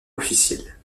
officielle